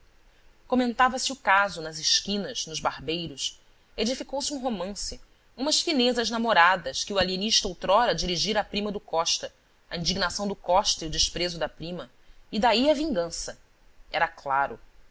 comentava se o caso nas esquinas nos barbeiros edificou se um romance umas finezas namoradas que o alienista outrora dirigira à prima do costa a indignação do costa e o desprezo da prima e daí a vingança era claro